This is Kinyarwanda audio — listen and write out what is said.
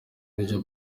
iyi